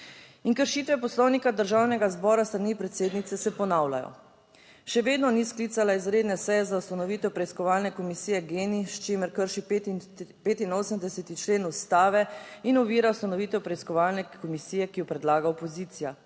in kršitve Poslovnika Državnega zbora s strani predsednice se ponavljajo, še vedno ni sklicala izredne seje za ustanovitev preiskovalne komisije GEN-I, s čimer krši 85. člen ustave in ovira ustanovitev preiskovalne komisije, ki jo predlaga opozicija.